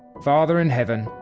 father in heaven.